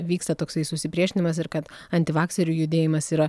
vyksta toks susipriešinimas ir kad antivakserių judėjimas yra